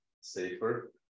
safer